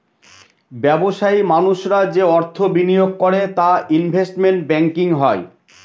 ব্যবসায়ী মানুষরা যে অর্থ বিনিয়োগ করে তা ইনভেস্টমেন্ট ব্যাঙ্কিং হয়